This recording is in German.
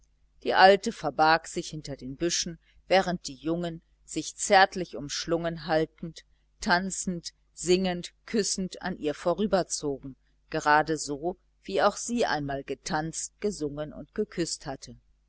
die alte verbarg sich hinter den büschen während die jungen sich zärtlich umschlungen haltend tanzend singend küssend an ihr vorüberzogen geradeso wie auch sie einmal getanzt gesungen und geküßt hatte